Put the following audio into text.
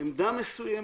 עמדה מסוימת,